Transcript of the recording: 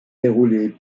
déroulée